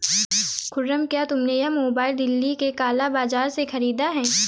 खुर्रम, क्या तुमने यह मोबाइल दिल्ली के काला बाजार से खरीदा है?